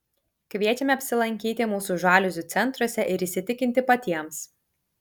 kviečiame apsilankyti mūsų žaliuzių centruose ir įsitikinti patiems